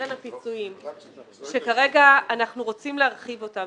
הפיצויים שכרגע אנחנו רוצים להרחיב אותן,